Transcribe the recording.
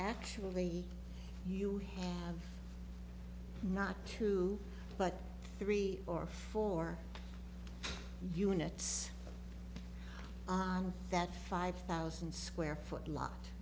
actually you have not true but three or four units that five thousand square foot lot